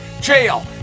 jail